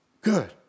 good